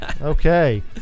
Okay